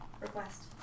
request